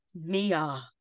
Mia